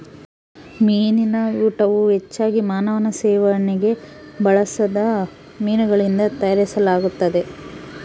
ಮೀನಿನ ಊಟವು ಹೆಚ್ಚಾಗಿ ಮಾನವನ ಸೇವನೆಗೆ ಬಳಸದ ಮೀನುಗಳಿಂದ ತಯಾರಿಸಲಾಗುತ್ತದೆ